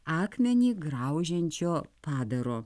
akmenį graužiančio padaro